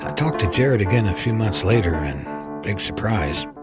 ah talked to jared again a few months later, and big surprise,